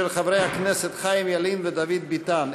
של חברי הכנסת חיים ילין ודוד ביטן.